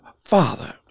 Father